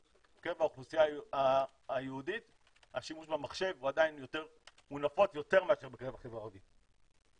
בקרב האוכלוסייה היהודית הוא נפוץ יותר מאשר בקרב החברה הערבית.